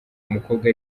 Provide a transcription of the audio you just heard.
umukobwa